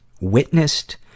witnessed